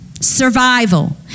Survival